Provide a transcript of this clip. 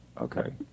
okay